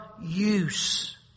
use